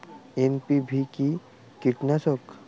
NPV কি কীটনাশক?